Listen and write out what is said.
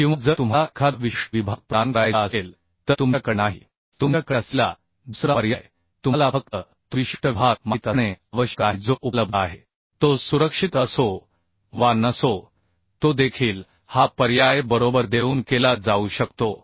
किंवा जर तुम्हाला एखादा विशिष्ट विभाग प्रदान करायचा असेल तर तुमच्याकडे नाही तुमच्याकडे असलेला दुसरा पर्याय तुम्हाला फक्त तो विशिष्ट विभाग माहित असणे आवश्यक आहे जो उपलब्ध आहे तो सुरक्षित असो वा नसो तो देखील हा पर्याय बरोबर देऊन केला जाऊ शकतो